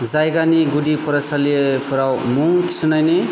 जायगानि गुदि फरायसालिफोराव मुं थिसननायनि